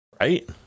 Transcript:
Right